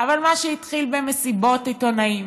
אבל מה שהתחיל במסיבות עיתונאים